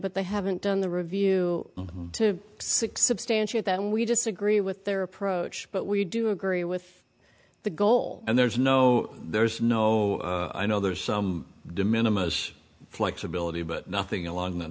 but they haven't done the review to six substantiate that we disagree with their approach but we do agree with the goal and there's no there's no i know there's some de minimus flexibility but nothing along the